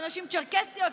לנשים צ'רקסיות?